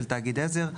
של תאגיד עזר,